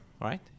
right